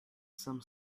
some